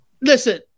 listen